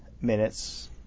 minutes